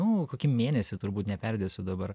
nu kokį mėnesį turbūt neperdėsiu dabar